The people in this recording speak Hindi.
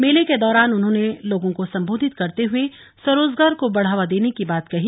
मेले के दौरान उन्होंने लोगों को संबोधित करते हुए स्वरोजगार को बढ़ावा देने की बात कही